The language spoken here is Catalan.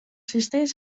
cistells